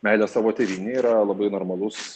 meilę savo tėvynei yra labai normalus